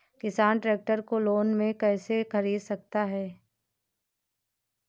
किसान ट्रैक्टर को लोन में कैसे ख़रीद सकता है?